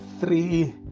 three